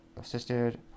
assisted